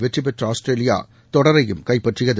வெற்றிபெற்ற ஆஸ்திரேலியா தொடரையும் கைப்பற்றியது